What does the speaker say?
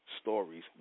stories